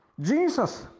Jesus